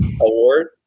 Award